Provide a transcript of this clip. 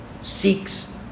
seeks